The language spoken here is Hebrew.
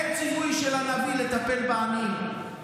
אין ציווי של הנביא לטפל בעניים.